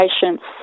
patients